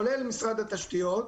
כולל משרד התשתיות,